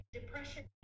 depression